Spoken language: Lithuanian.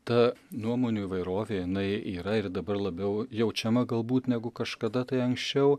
ta nuomonių įvairovė jinai yra ir dabar labiau jaučiama galbūt negu kažkada tai anksčiau